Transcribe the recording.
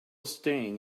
staying